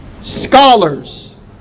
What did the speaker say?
scholars